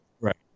Right